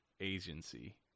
agency